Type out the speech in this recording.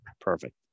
Perfect